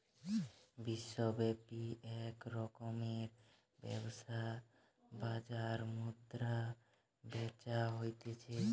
বিশ্বব্যাপী এক রকমের ব্যবসার বাজার মুদ্রা বেচা হতিছে